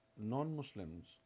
non-Muslims